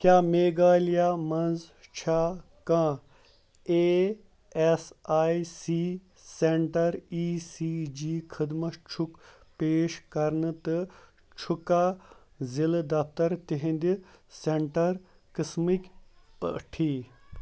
کیٛاہ میٚگھالیا مَنٛز چھا کانٛہہ اےٚ اٮ۪س آئی سی سینٹر اِی سی جی خٔدمت چھُکھ پیش کَرنہٕ تہٕ چھُکھا ضِلعہٕ دفتر تِہٕنٛدِ سینٹر قٕسمٕکۍ پٲٹھی